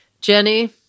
Jenny